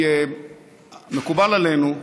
מקובל עלינו,